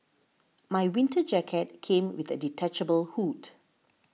my winter jacket came with a detachable hood